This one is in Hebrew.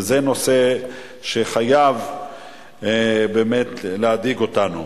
וזה נושא שחייב באמת להדאיג אותנו.